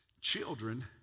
Children